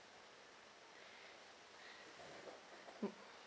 mm